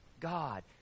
God